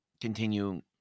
continue